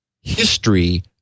history